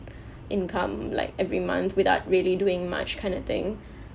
income like every month without really doing much kind of thing